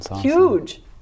Huge